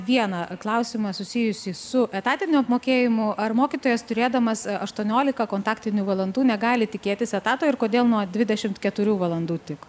vieną klausimą susijusį su etatiniu apmokėjimu ar mokytojas turėdamas aštuoniolika kontaktinių valandų negali tikėtis etato ir kodėl nuo dvidešimt keturių valandų tik